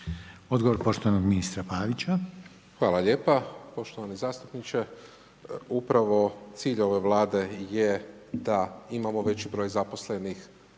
Odgovor poštovanog ministra Pavića. **Pavić, Marko (HDZ)** Hvala lijepa. Uvaženi zastupniče, upravo cilj ove Vlade je da imamo veći broj zaposlenih,